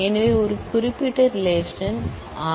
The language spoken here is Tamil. எனவே ஒரு குறிப்பிட்ட ரிலேஷன் ஆர்